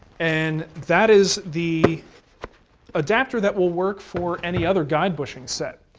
and that is the adapter that will work for any other guide bushing set.